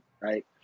right